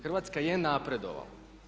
Hrvatska je napredovala.